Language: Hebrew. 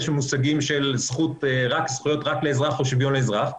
במושגים של זכויות רק לאזרח או שוויון לאזרח,